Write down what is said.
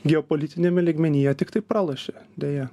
geopolitiniame lygmenyje tiktai pralošė deja